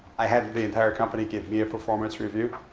i had the entire company give me a performance review.